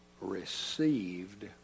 received